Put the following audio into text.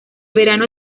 verano